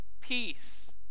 peace